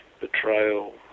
betrayal